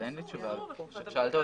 אין לי תשובה בשלוף.